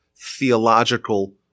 Theological